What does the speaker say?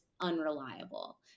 unreliable